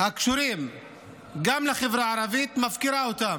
הקשורים גם לחברה הערבית, היא מפקירה אותם.